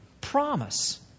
promise